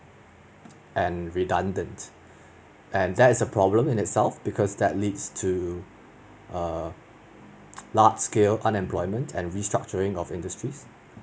and redundant and there is a problem in itself because that leads to err large scale unemployment and restructuring of industries